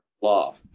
law